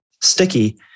sticky